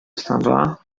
sandra